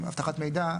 אבטחת מידע.